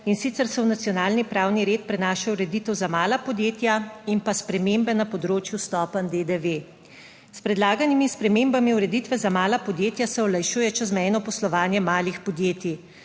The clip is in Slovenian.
in sicer se v nacionalni pravni red prenaša ureditev za mala podjetja in pa spremembe na področju stopenj DDV. S predlaganimi spremembami ureditve za mala podjetja se olajšuje čezmejno poslovanje malih podjetij.